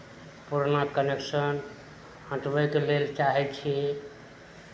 पुरना कनेक्शन हटबयके लेल चाहै छी